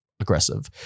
aggressive